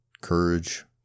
courage